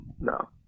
no